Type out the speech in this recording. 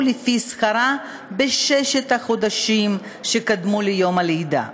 לפי שכרה בששת החודשים שקדמו ליום הלידה.